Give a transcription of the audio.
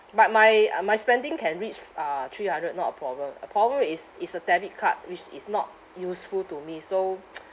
but my uh my spending can reach uh three hundred not a problem a problem is is the debit card which is not useful to me so